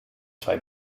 zwei